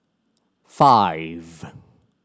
five